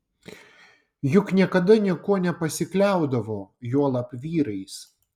juk niekada niekuo nepasikliaudavo juolab vyrais